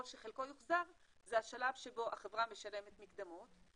שחלקו יוחזר זה השלב שבו החברה משלמת מקדמות,